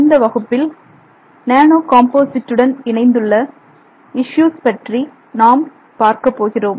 இந்த வகுப்பில் நானோ காம்போசிட்டுடன் இணைந்துள்ள இஸ்யூஸ் பற்றி நாம் பார்க்கப்போகிறோம்